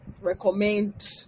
recommend